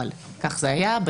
אבל כך זה היה,